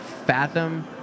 Fathom